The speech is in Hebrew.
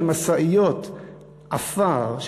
של משאיות עפר,